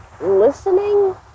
listening